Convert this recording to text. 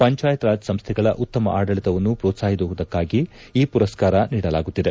ಪಂಚಾಯತ್ ರಾಜ್ ಸಂಸ್ಥೆಗಳ ಉತ್ತಮ ಆಡಳಿತವನ್ನು ಪ್ರೋತ್ಲಾಹಿಸುವುದಕ್ಕಾಗಿ ಈ ಪುರಸ್ಕಾರ ನೀಡಲಾಗುತ್ತಿದೆ